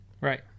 Right